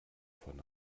von